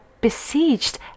besieged